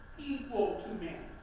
equal to men.